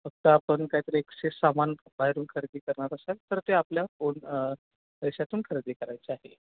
फक्त आपण कायतरी एकशे सामान बाहेरून खरेदी करणार असाल तर ते आपल्या ओन पैशातून खरेदी करायचे आहे